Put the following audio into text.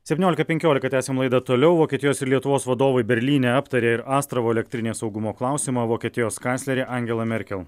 septyniolika penkiolika tęsiam laidą toliau vokietijos ir lietuvos vadovai berlyne aptarė ir astravo elektrinės saugumo klausimą vokietijos kanclerė angela merkel